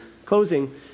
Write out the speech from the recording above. closing